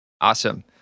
Awesome